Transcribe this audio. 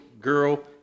girl